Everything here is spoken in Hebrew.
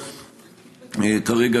כרגע,